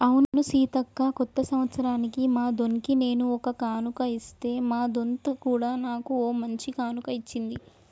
అవును సీతక్క కొత్త సంవత్సరానికి మా దొన్కి నేను ఒక కానుక ఇస్తే మా దొంత్ కూడా నాకు ఓ మంచి కానుక ఇచ్చింది